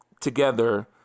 together